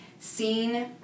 seen